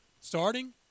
starting